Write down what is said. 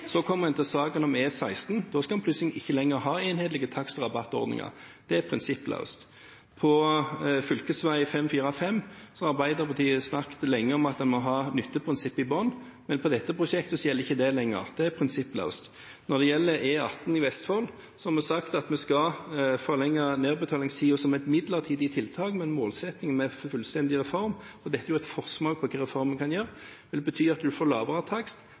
Så kommer en til saken om E16. Da skal en plutselig ikke lenger ha enhetlige takst- og rabattordninger. Det er prinsippløst. For fv. 545 har Arbeiderpartiet snakket lenge om at en må ha nytteprinsippet i bunnen, men på dette prosjektet gjelder ikke det lenger. Det er prinsippløst. Når det gjelder E18 i Vestfold, har vi sagt at vi skal forlenge nedbetalingstiden som et midlertidig tiltak, med en målsetting om en fullstendig reform. Dette er en forsmak på hva reformen kan gjøre: Det vil bety at en vil få lavere takst,